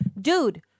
dude